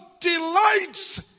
delights